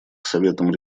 советом